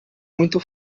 muito